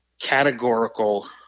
categorical